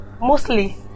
mostly